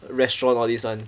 restaurant all these [one]